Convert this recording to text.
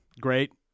Great